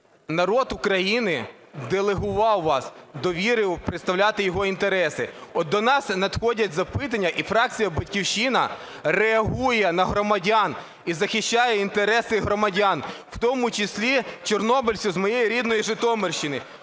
народ України делегував вас, довірив представляти його інтереси. От до нас надходять запитання і фракція "Батьківщина" реагує на громадян і захищає інтереси громадян, в тому числі чорнобильців з моєї рідної Житомирщини.